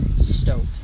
stoked